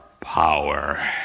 Power